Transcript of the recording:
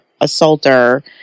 assaulter